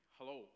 Hello